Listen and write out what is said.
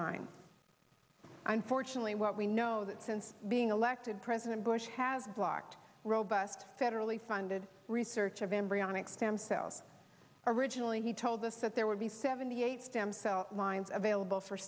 mine unfortunately what we know that since being elected president bush have locked robust federally funded research of embryonic stem cells originally he told us that there would be seventy eight stem cell lines available for